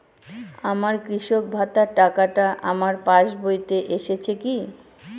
আমার কৃষক ভাতার টাকাটা আমার পাসবইতে এসেছে কি?